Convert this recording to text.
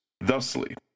Thusly